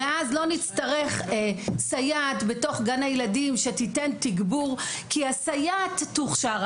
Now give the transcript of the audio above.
ואז לא נצטרך סייעת בתוך גן הילדים שתיתן תגבור כי הסייעת תוכשר,